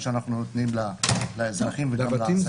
שאנחנו נותנים לאזרחים וגם לעסקים.